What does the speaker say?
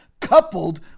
coupled